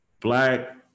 black